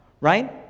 right